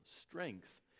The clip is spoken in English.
strength